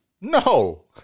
No